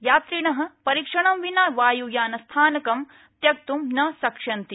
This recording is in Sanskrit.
यात्रिणः परीक्षणं विना वायुयानस्थानकं त्यक्तुं न शक्ष्यन्ति